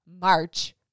March